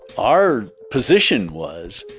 our position was,